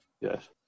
Yes